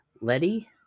Letty